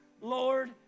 Lord